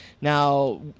Now